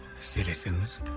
citizens